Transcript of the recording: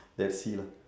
let's see lah